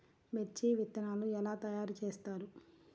మిర్చి విత్తనాలు ఎలా తయారు చేస్తారు?